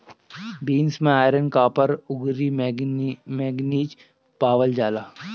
beans में iron, copper, अउरी manganese पावल जाला